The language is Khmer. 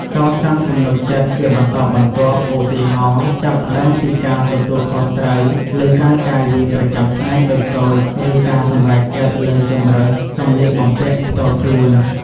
កសាងទំនុកចិត្តជាបន្តបន្ទាប់ ឧទាហរណ៍ ចាប់ផ្ដើមពីការទទួលខុសត្រូវលើការចាយវាយប្រចាំថ្ងៃតូចៗ ឬការសម្រេចចិត្តលើជម្រើសសម្លៀកបំពាក់ផ្ទាល់ខ្លួន។